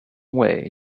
way